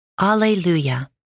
Alleluia